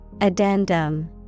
Addendum